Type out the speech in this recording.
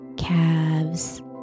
calves